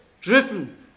driven